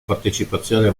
partecipazione